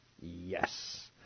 Yes